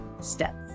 Steps